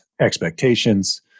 expectations